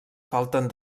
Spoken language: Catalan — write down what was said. falten